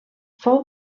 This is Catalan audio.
fou